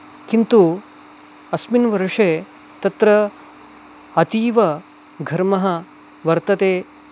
किन्तु अस्मिन् वर्षे तत्र अतीव घर्मः वर्तते